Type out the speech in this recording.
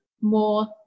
more